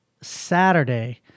Saturday